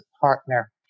partner